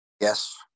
Yes